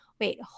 wait